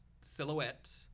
silhouette